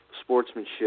sportsmanship